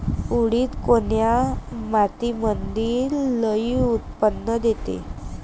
उडीद कोन्या मातीमंदी लई उत्पन्न देते?